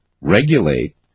regulate